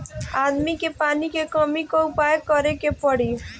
आदमी के पानी के कमी क उपाय करे के पड़ी